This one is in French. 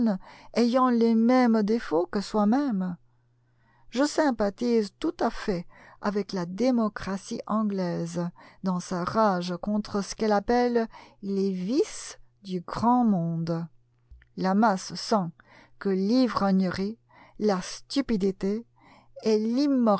ayant les mêmes défauts que soi-même je sympathise tout à fait avec la démocratie anglaise dans sa rage contre ce qu'elle appelle les vices du grand monde la masse sent que l'ivrognerie la stupidité et